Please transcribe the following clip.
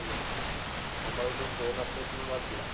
ଆଜ୍ଞା ଆମର ଗୋଟେ ଷ୍ଟୋନ୍ ଅପେରସନ୍ ହେବାର ଥିଲା